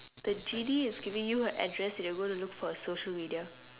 the genie is giving you her address and you're gonna look for her social media